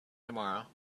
tomorrow